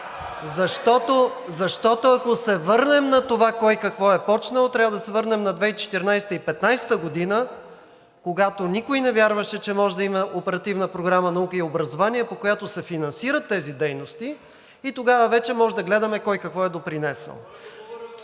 Защото, ако се върнем на това кой какво е почнал, трябва да се върнем на 2014 – 2015 г., когато никой не вярваше, че може да има Оперативна програма „Наука и образование“, по която се финансират тези дейности. Тогава вече може да гледаме кой какво е допринесъл.